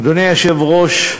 אדוני היושב-ראש,